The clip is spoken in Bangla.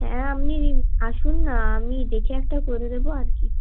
হ্যাঁ আপনি আসুন না আমি দেখে একটা করে দেবো আর কি